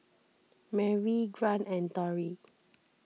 Merri Grant and Torie